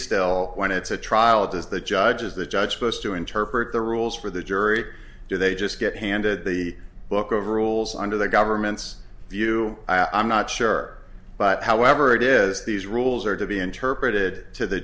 still when it's a trial it is the judge is the judge posed to interpret the rules for the jury do they just get handed the book of rules under the government's view i'm not sure but however it is these rules are to be interpreted to the